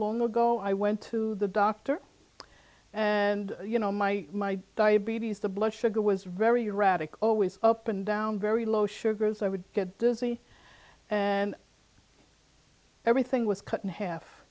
long ago i went to the doctor and you know my my diabetes the blood sugar was very erratic always open down very low sugars i would get dizzy and everything was cut in half